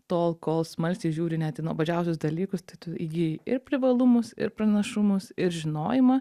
tol kol smalsiai žiūri net į nuobodžiausius dalykus tai tu įgyji ir privalumus ir pranašumus ir žinojimą